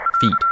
feet